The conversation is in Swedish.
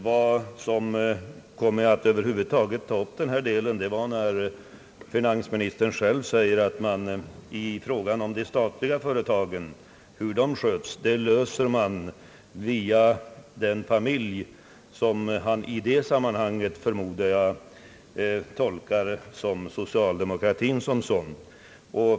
Vad som över huvud taget kom mig att ta upp detta var att finansministern själv sade, att problemet med de statliga företagen och hur dessa skall skötas löser man via den familj som han i det sammanhanget, förmodar jag, tolkar såsom socialdemokratin.